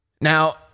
Now